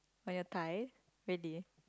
on your thigh really